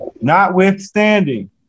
notwithstanding